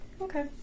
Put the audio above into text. Okay